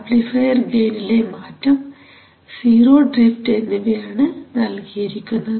amplifier ഗെയിനിലെ മാറ്റം zero drift എന്നിവയാണ് നൽകിയിരിക്കുന്നത്